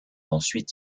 ensuite